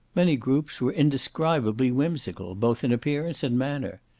many groups were indescribably whimsical, both in appearance and manner.